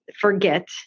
forget